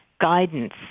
guidance